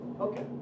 Okay